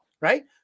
right